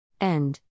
End